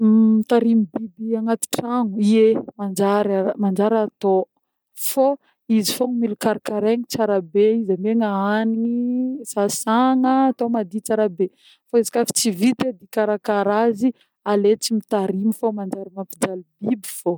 Mitarimy biby agnaty tragno, ye manjary manjary atô fô izy fogna mila karakaregna tsara be izy, amena hanigny, sasagna atô madio tsara be fô izy koà tsy vita edy hikarakara azy aleo tsy mitarimy fa manjary mampijaly biby fô.